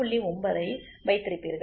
9 ஐ வைத்திருப்பீர்கள்